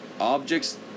Objects